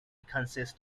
consists